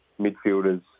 midfielders